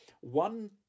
one